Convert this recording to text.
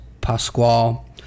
Pascual